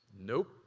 Nope